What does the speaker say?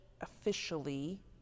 officially